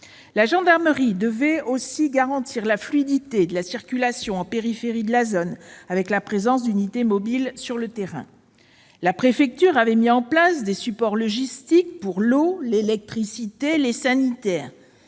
La gendarmerie devait aussi garantir la fluidité de la circulation en périphérie de la zone, grâce à la présence d'unités de force mobile sur le terrain. La préfecture avait mis en place des supports logistiques pour l'eau, l'électricité, les sanitaires.